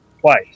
Twice